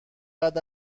بعد